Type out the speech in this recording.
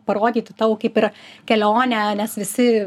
parodyti tavo kaip ir kelionę nes visi